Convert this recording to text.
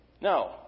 No